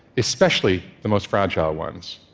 especially the most fragile ones.